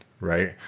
right